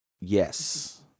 Yes